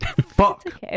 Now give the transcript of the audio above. Fuck